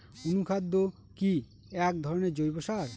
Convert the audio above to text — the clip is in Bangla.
অনুখাদ্য কি এক ধরনের জৈব সার?